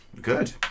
Good